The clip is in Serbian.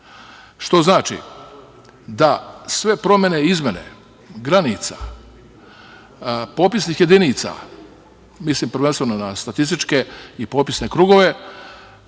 Što znači da sve promene i izmene granica, popisnih jedinica, mislim prvenstveno na statističke i popisne krugove,